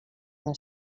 una